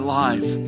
life